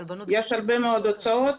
יש הרבה מאוד הוצאות